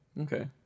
okay